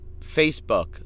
Facebook